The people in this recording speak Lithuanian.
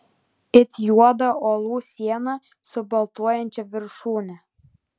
it juodą uolų sieną su baltuojančia viršūne